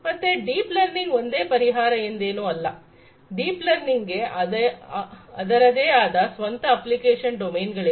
ಮತ್ತೆ deep learning ಒಂದೇ ಪರಿಹಾರ ಎಂದೇನೂ ಅಲ್ಲ ಡೀಪ್ ಲರ್ನಿಂಗ್ಗೆ ಅದರದೇ ಆದ ಸ್ವಂತ ಅಪ್ಲಿಕೇಶನ್ ಡೊಮೇನ್ಗಳಿವೆ